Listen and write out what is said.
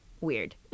weird